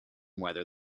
whether